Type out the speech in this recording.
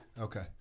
okay